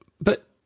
But-